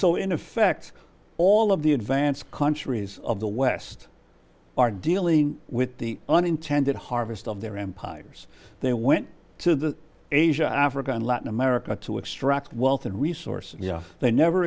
so in effect all of the advance countries of the west are dealing with the unintended harvest of their empires they went to the asia africa and latin america to extract wealth and resources they never